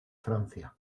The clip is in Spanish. francia